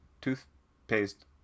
toothpaste